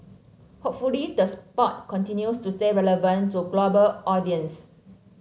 hopefully the sport continues to stay relevant to global audiences